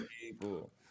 people